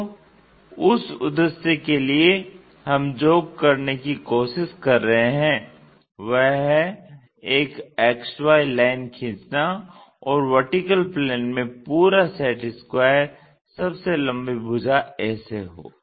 तो उस उद्देश्य के लिए हम जो करने की कोशिश कर रहे हैं वह है एक XY लाइन खींचना और VP में पूरा सेट स्क्वायर सबसे लंबी भुजा ऐसे हो